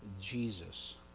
Jesus